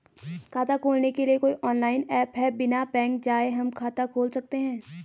खाता खोलने के लिए कोई ऑनलाइन ऐप है बिना बैंक जाये हम खाता खोल सकते हैं?